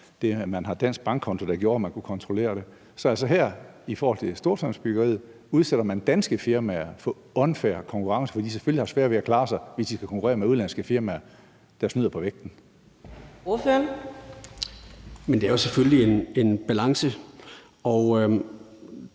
det, at folk havde dansk bankkonto, der gjorde, at man kunne kontrollere det. Så her i forhold til Storstrømsbyggeriet udsætter man altså danske firmaer for unfair konkurrence, fordi de selvfølgelig har sværere ved at klare sig, hvis de skal konkurrere med udenlandske firmaer, der snyder på vægten. Kl. 13:40 Fjerde næstformand